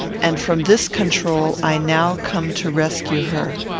and from this control i now come to rescue her.